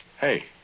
Hey